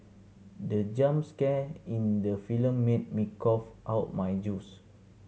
the jump scare in the film made me cough out my juice